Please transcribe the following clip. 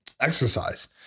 exercise